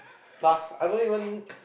plus I don't even